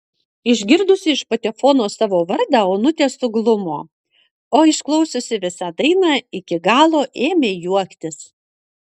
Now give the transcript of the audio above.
išgirdusi iš patefono savo vardą onutė suglumo o išklausiusi visą dainą iki galo ėmė juoktis